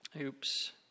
Oops